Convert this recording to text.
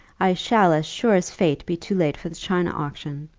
i shall, as sure as fate, be too late for the china auction.